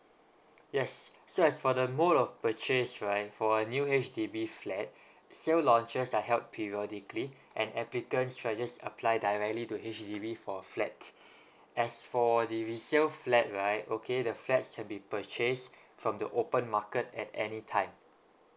yes so as for the mode of purchase right for a new H_D_B flat sale launches are held periodically and applicants right just apply directly to H_D_B for a flat as for the resale flat right okay the flats have to be purchased from the open market at any time